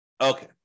Okay